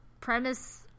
premise